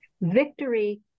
Victory